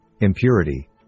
impurity